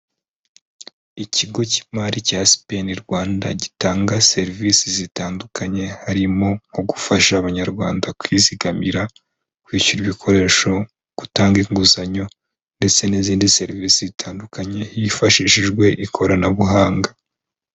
Ikigo cy'imari cya SPN Rwanda gitanga serivisi zitandukanye, harimo nko gufasha Abanyarwanda kwizigamira, kwishyura ibikoresho, gutanga inguzanyo, ndetse n'izindi serivisi zitandukanye hifashishijwe ikoranabuhanga.